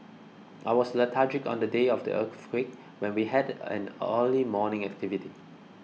I was lethargic on the day of the earthquake when we had an early morning activity